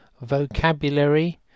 vocabulary